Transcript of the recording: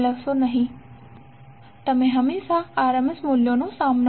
તમને હંમેશા RMS મૂલ્યો મળશે